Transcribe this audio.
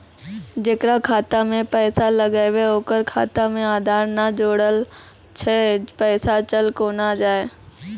जेकरा खाता मैं पैसा लगेबे ओकर खाता मे आधार ने जोड़लऽ छै पैसा चल कोना जाए?